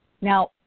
Now